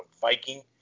Viking